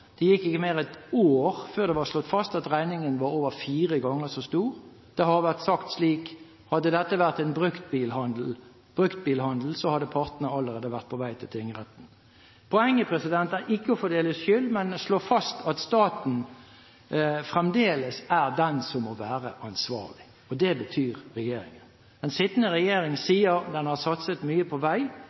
Det gikk ikke mer enn et år før det var slått fast at regningen var mer enn fire ganger så stor. Det har vært sagt slik: Hadde dette vært en bruktbilhandel, hadde partene allerede vært på vei til tingretten. Poenget er ikke å fordele skyld, men slå fast at staten fremdeles er den som må være ansvarlig. Det betyr regjeringen. Den sittende regjering sier den har satset mye på vei,